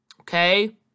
okay